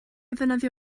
ddefnyddio